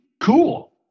cool